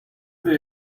pay